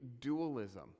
dualism